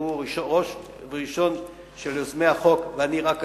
שהוא ראש וראשון ליוזמי החוק ואני רק אחריו,